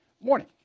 morning